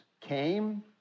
came